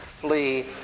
flee